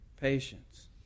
patience